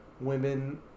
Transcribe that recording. women